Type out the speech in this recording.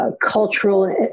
Cultural